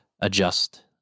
adjust